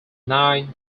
nine